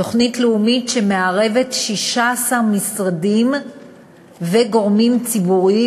תוכנית לאומית שמערבת 16 משרדים וגורמים ציבוריים,